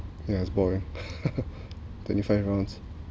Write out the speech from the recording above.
yeah it's boring twenty five rounds